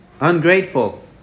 ungrateful